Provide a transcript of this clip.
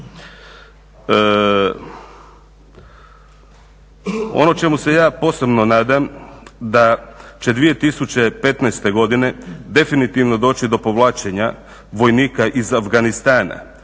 Ono čemu se ja posebno nadam da će 2015. godine definitivno doći do povlačenja vojnika iz Afganistana.